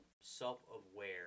self-aware